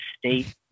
state